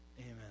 Amen